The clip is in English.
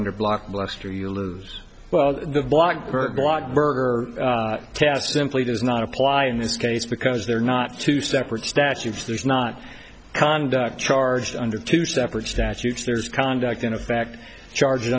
under blockbuster you lose well the blog her blog her task simply does not apply in this case because they're not two separate statutes there's not conduct charged under two separate statutes there's conduct in effect charged